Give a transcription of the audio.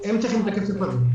הם צריכים את הכסף הזה.